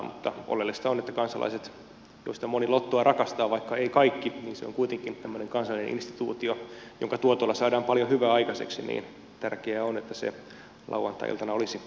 mutta oleellista on että kansalaisille joista moni lottoa rakastaa vaikka eivät kaikki niin se on kuitenkin tämmöinen kansallinen instituutio jonka tuotoilla saadaan paljon hyvää aikaiseksi niin tärkeää on että se lauantai iltana olisi ihmisten nähtävissä